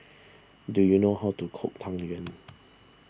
do you know how to cook Tang Yuen